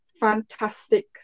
fantastic